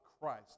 Christ